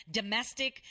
domestic